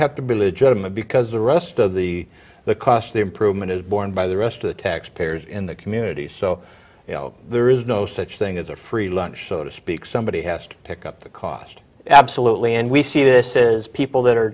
have to be legitimate because the rest of the the cost improvement is borne by the rest of the taxpayers in the community so you know there is no such thing as a free lunch so to speak somebody has to pick up the cost absolutely and we see this is people that are